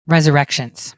Resurrections